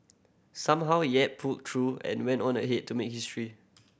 somehow Yap pulled through and went on ahead to make history